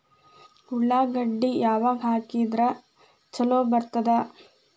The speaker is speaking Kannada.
ಉಳ್ಳಾಗಡ್ಡಿ ಯಾವಾಗ ಹಾಕಿದ್ರ ಛಲೋ ಬರ್ತದ?